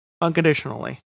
Unconditionally